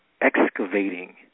excavating